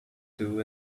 two